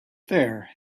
there